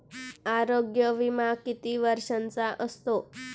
आरोग्य विमा किती वर्षांचा असतो?